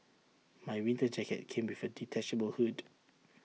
my winter jacket came with A detachable hood